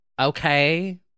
okay